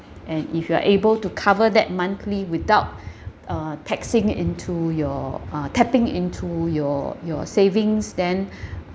and if you are able to cover that monthly without uh taxing into your uh tapping into your your savings then